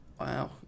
Wow